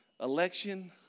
election